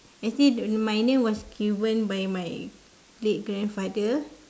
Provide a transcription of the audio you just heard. as in my name was given by my late grandfather